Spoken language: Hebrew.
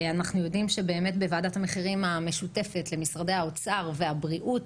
אנחנו יודעים שבאמת בוועדת המחירים המשותפת למשרדי האוצר והבריאות